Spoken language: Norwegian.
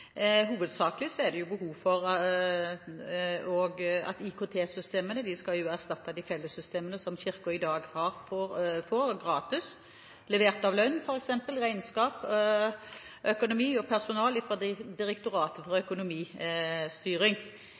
Hovedsakelig er det behov for at IKT-systemene skal erstatte de fellessystemene for lønn, regnskap, økonomi og personal, som Kirken får gratis i dag, levert av Direktoratet for økonomistyring.